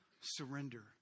surrender